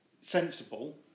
sensible